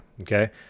Okay